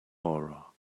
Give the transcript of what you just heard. aura